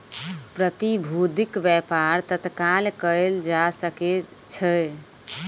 प्रतिभूतिक व्यापार तत्काल कएल जा सकै छै